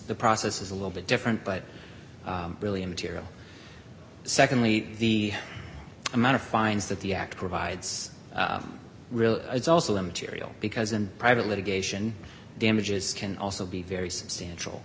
the process is a little bit different but really immaterial secondly the amount of fines that the act provides really it's also immaterial because in private litigation damages can also be very substantial